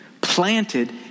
planted